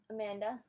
Amanda